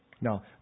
Now